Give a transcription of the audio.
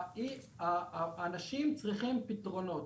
האנשים צריכים פתרונות.